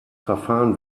verfahren